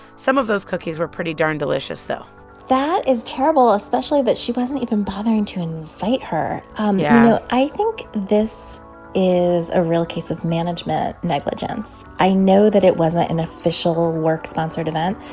some of those cookies were pretty darn delicious, though that is terrible, especially that she wasn't even bothering to invite her um yeah so i think this is a real case of management negligence. i know that it wasn't an official work-sponsored event.